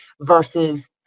versus